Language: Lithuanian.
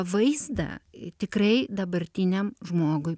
vaizdą tikrai dabartiniam žmogui